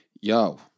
Yo